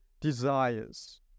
desires